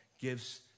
gives